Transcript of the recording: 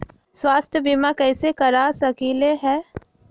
स्वाथ्य बीमा कैसे करा सकीले है?